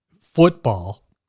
football